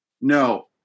no